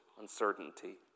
uncertainty